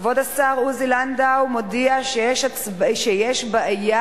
כבוד השר עוזי לנדאו מודיע שיש בעיה